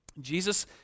Jesus